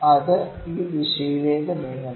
അത് ഈ ദിശയിലേക്ക് നീങ്ങുന്നു